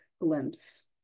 glimpse